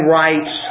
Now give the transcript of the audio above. rights